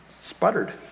sputtered